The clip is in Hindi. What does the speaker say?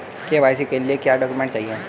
के.वाई.सी के लिए क्या क्या डॉक्यूमेंट चाहिए?